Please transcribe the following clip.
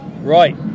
Right